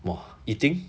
!wah! eating